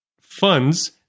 funds